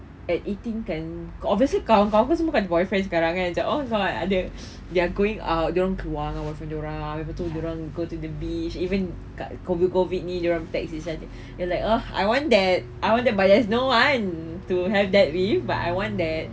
and eighteen kan kau obviously kawan kau bukan semua ada boyfriends kan sekarang jer kan oh ajak kawan ada they're going out dia orang keluar kat boyfriend dia orang lepas tu dia orang go to the beach even kat COVID COVID ni dia orang text sahaja it's just like ugh I want that I want that but there's no one to have that with but I want that